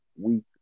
Week